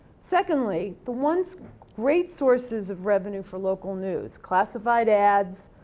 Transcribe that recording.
secondly, the once great sources of revenue for local news, classified ads,